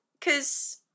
cause